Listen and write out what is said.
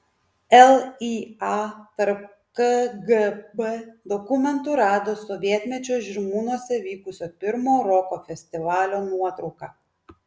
lya tarp kgb dokumentų rado sovietmečiu žirmūnuose vykusio pirmo roko festivalio nuotrauką